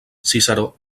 ciceró